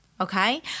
okay